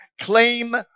claim